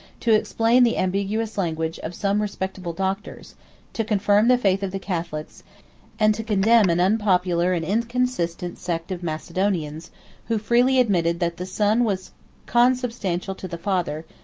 to explain the ambiguous language of some respectable doctors to confirm the faith of the catholics and to condemn an unpopular and inconsistent sect of macedonians who freely admitted that the son was consubstantial to the father,